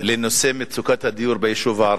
לנושא מצוקת הדיור ביישוב הערבי.